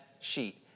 sheet